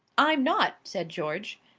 i'm not! said george.